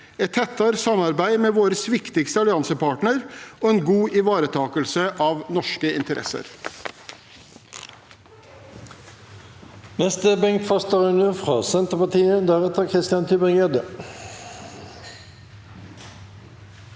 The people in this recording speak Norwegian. et tettere samarbeid med vår viktigste alliansepartner og en god ivaretakelse av norske interesser.